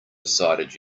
decided